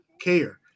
care